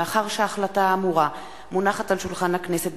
מאחר שההחלטה האמורה מונחת על שולחן הכנסת